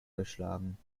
geschlagen